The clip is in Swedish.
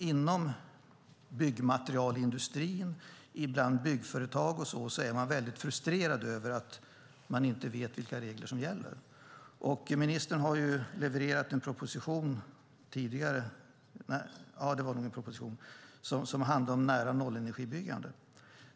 Inom byggmaterialindustrin, bland byggföretag och andra, är man väldigt frustrerad över att inte veta vilka regler som gäller. Ministern har levererat en proposition tidigare som handlade om nära-noll-energibyggande.